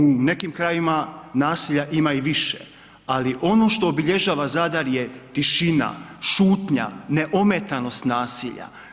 U nekim krajevima nasilja ima i više, ali ono što obilježava Zadar je tišina, šutnja, neometanost nasilja.